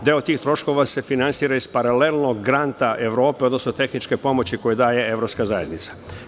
Deo tih troškova se finansira iz paralelnog granta Evrope, odnosno tehničke pomoći koju daje Evropska zajednica.